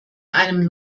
einem